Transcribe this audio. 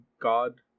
God